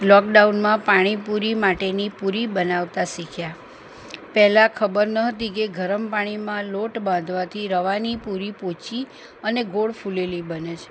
લોકડાઉનમાં પાણી પૂરી માટેની પૂરી બનાવતા શીખ્યાં પહેલાં ખબર ન હતી કે ગરમ પાણીમાં લોટ બાંધવાથી રવાની પૂરી પોચી અને ગોળ ફુલેલી બને છે